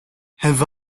have